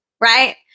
Right